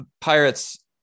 Pirates